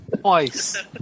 Twice